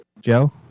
Joe